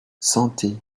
santé